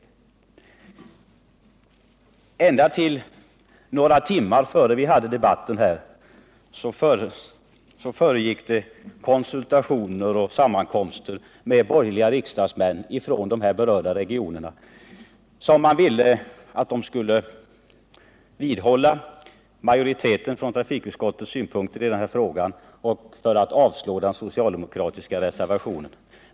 Så sent som bara några timmar före debatten här förekom konsultationer och sammankomster med borgerliga riksdagsmän ifrån de berörda regionerna. Regeringen vill få dem att hålla fast vid utskottsmajoritetens synpunkter i den här frågan och att avslå den socialdemokratiska reservationen.